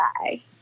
bye